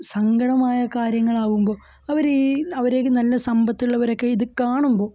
സങ്കടമായ കാര്യങ്ങളാവുമ്പോൾ അവർ ഈ അവർക്ക് നല്ല സമ്പത്തുള്ളവരൊക്കെ ഇത് കാണുമ്പോൾ